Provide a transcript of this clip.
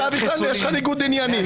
מאפשר מעצרים --- לך בכלל יש ניגוד עניינים.